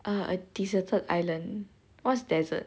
err a deserted island what's desert